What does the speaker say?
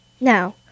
Now